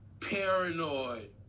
paranoid